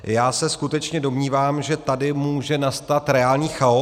Já se skutečně domnívám, že tady může nastat reálný chaos.